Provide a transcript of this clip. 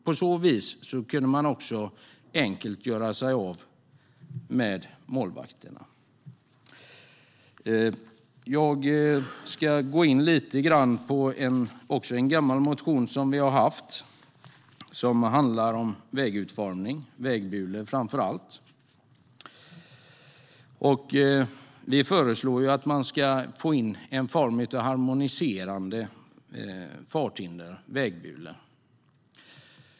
På så vis kunde man också enkelt göra sig av med målvakterna. Jag ska gå in lite grann på en gammal motion från oss om vägutformning, framför allt om vägbulor. Vi föreslår att man ska få in harmoniserande farthinder och vägbulor.